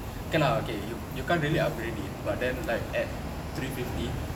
okay lah okay you you can't really upgrade it but then like at three fifty